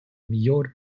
millor